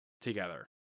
together